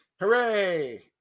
Hooray